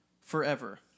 forever